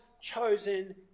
chosen